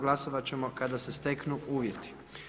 Glasovat ćemo kada se steknu uvjeti.